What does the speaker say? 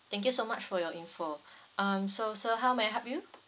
thank you so much for your info um so sir how may I help you